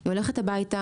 היא הולכת הביתה,